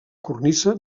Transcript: cornisa